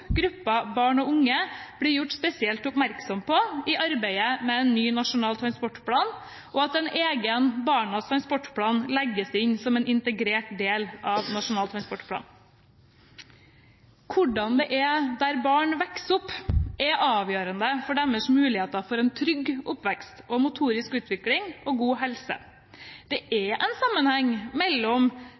barn og unge i arbeidet med ny nasjonal transportplan, og at en egen barnas transportplan legges inn som en integrert del av Nasjonal transportplan. Hvordan det er der barn vokser opp, er avgjørende for deres mulighet for en trygg oppvekst, motorisk utvikling og god helse. Det er en sammenheng mellom